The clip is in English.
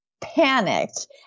panicked